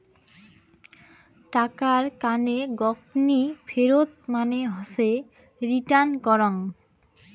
টাকার কানে গকনি ফেরত মানে হসে রিটার্ন করং